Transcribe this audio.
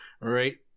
right